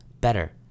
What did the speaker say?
better